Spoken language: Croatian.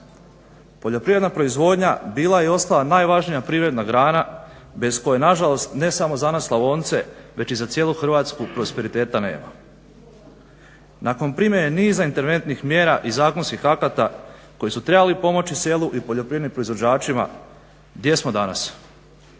Poljoprivredna proizvodnja bila je i ostala najvažnija privredna grana bez koje na žalost ne samo za nas Slavonce, već i za cijelu Hrvatsku prosperiteta nema. Nakon primjene niza interventnih mjera i zakonskih akata koji su trebali pomoći selu i poljoprivrednim proizvođačima gdje smo danas?